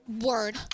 word